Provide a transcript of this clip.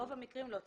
ברוב המקרים לא צריך.